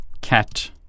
Cat